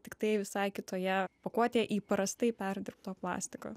tiktai visai kitoje pakuotėj įprastai perdirbto plastiko